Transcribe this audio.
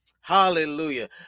hallelujah